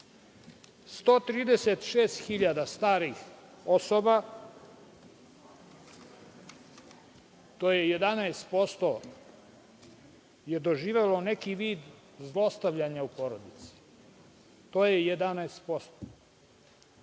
136.000 starih osoba, to je 11% koji su doživeli neki vid zlostavljanja u porodici. Ako znamo